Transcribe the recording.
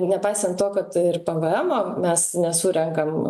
nepaisant to kad ir pvemo mes nesurenkam